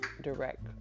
direct